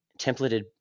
templated